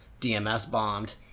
DMS-bombed